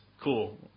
Cool